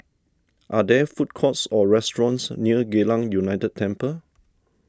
are there food courts or restaurants near Geylang United Temple